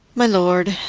my lord,